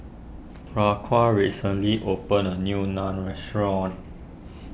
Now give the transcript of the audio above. Raquan recently opened a new Naan restaurant